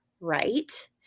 right